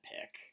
pick